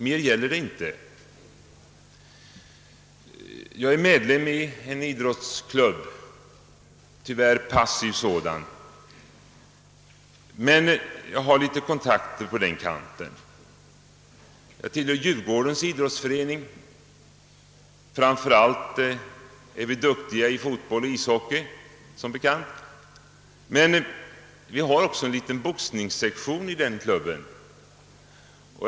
Jag är medlem — tyvärr passiv — i en idrottsklubb och har därför kontakter på den kanten. Det är Djurgårdens idrottsförening som jag tillhör, och vi är som bekant rätt duktiga i fotboll och ishockey. Men vi har också en liten boxningssektion inom klubben.